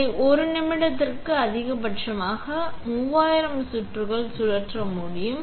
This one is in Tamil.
இதை ஒரு நிமிடத்திற்கு அதிகபட்சமாக 3000 சுற்றுகள் சுழற்ற முடியும்